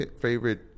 favorite